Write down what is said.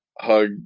hug